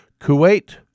Kuwait